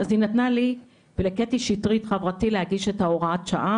אז היא נתנה לי ולקתי שטרית חברתי להגיש את ההוראת שעה,